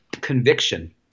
conviction